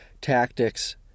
tactics